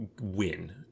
win